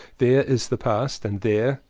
there is the past and there,